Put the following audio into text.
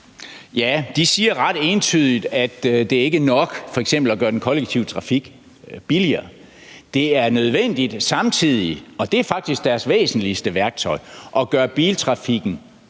Ja, de siger ret entydigt, at det ikke er nok f.eks. at gøre den kollektive trafik billigere, men at det samtidig er nødvendigt – og det er faktisk deres væsentligste værktøj – at gøre biltrafikken dyrere,